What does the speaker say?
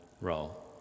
role